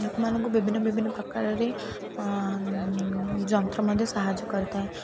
ଲୋକମାନଙ୍କୁ ବିଭିନ୍ନ ବିଭିନ୍ନ ପ୍ରକାରରେ ଯନ୍ତ୍ର ମଧ୍ୟ ସାହାଯ୍ୟ କରିଥାଏ